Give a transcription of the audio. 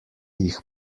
jih